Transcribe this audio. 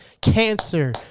cancer